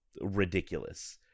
ridiculous